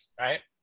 Right